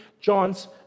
John's